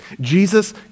Jesus